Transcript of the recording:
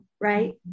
right